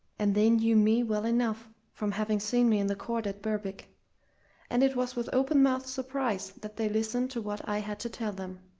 and they knew me well enough from having seen me in the court at berwick and it was with open-mouthed surprise that they listened to what i had to tell them.